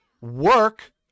work